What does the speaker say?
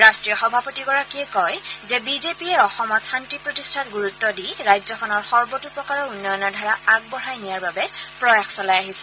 ৰাট্টীয় সভাপতিগৰাকীয়ে কয় যে বিজেপিয়ে অসমত শান্তি প্ৰতিষ্ঠাত গুৰুত্ব দি ৰাজ্যখনৰ সৰ্বতোপ্ৰকাৰৰ উন্নয়নৰ ধাৰা আগবঢ়াই নিয়াৰ বাবে প্ৰয়াস চলাই আহিছে